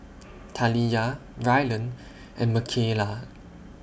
Taliyah Rylan and Makayla